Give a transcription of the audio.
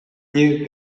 niech